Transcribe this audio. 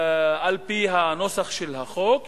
על-פי הנוסח של החוק,